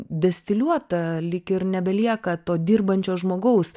distiliuota lyg ir nebelieka to dirbančio žmogaus